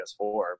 ps4